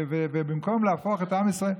ובמקום להפוך את עם ישראל,